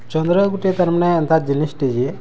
ଚନ୍ଦ୍ର ଗୁଟେ ତାର୍ମାନେ ଏନ୍ତା ଜିନିଷ୍ଟେ ଯେ